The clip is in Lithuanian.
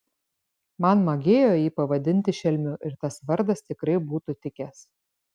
man magėjo jį pavadinti šelmiu ir tas vardas tikrai būtų tikęs